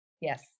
Yes